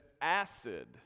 acid